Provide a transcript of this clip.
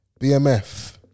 BMF